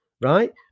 right